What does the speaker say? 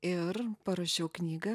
ir parašiau knygą